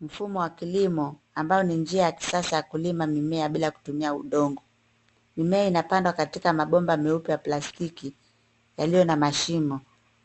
Mfumo wa kilimo, ambayo ni njia ya kisasa ya kulima mimea bila kutumia udongo. Mimea inapandwa katika mabomba meupe ya plastiki, yaliyo na mashimo,